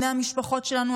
בני המשפחות שלנו,